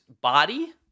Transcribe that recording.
body